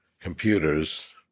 computers